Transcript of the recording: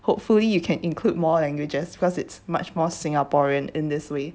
hopefully you can include more languages because it's much more singaporean in this way